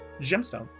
gemstone